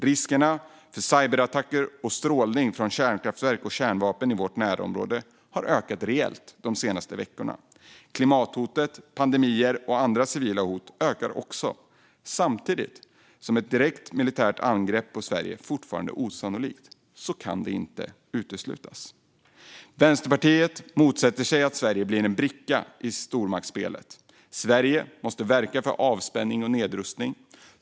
Riskerna för cyberattacker och strålning från kärnkraftverk och kärnvapen i vårt närområde har ökat reellt de senaste veckorna. Klimathotet, pandemier och andra civila hot ökar också. Samtidigt som ett direkt militärt angrepp på Sverige fortfarande är osannolikt kan det inte uteslutas. Vänsterpartiet motsätter sig att Sverige blir en bricka i stormaktsspelet. Sverige måste verka för avspänning och nedrustning.